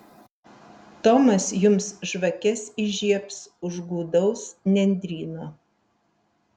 tomas jums žvakes įžiebs už gūdaus nendryno